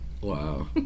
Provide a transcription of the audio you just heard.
Wow